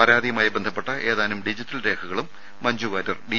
പരാതിയുമായി ബന്ധപ്പെട്ട ഏതാനും ഡിജി റ്റൽ രേഖകളും മഞ്ജുവാര്യർ ഡി